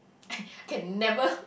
I can never